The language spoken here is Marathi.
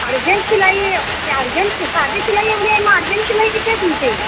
अर्जंट शिलाई ते अर्जंट शि साधे शिलाई एवढी आहे मग अर्जंट शिलाई किती आहे तुमची